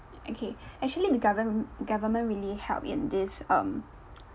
okay actually the govern~ government really help in this um